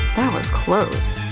that was close.